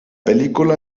película